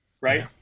Right